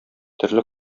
төрле